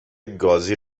گازی